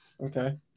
okay